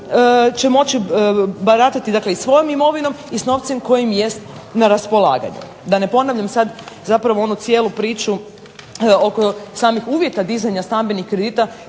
će moći baratati svojom imovinom i s novcem koji im jest na raspolaganju, da ne ponavljam sada zapravo onu cijelu priču oko uvjeta dizanja stambenih kredita